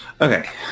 Okay